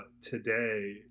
today